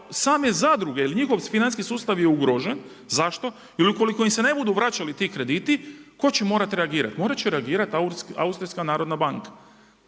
same zadruge jer njihov financijski sustav je ugrožen. Zašto? Jer ukoliko im se ne budu vraćali ti krediti tko će morati reagirati? Morati će reagirati Austrijska narodna banka.